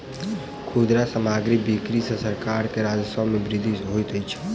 खुदरा सामग्रीक बिक्री सॅ सरकार के राजस्व मे वृद्धि होइत अछि